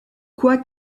quoi